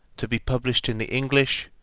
to be published in the english,